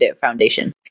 Foundation